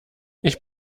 ich